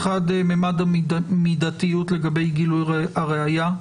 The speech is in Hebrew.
אחד ממד המידתיות לגבי גילוי הראיה.